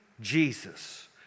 Jesus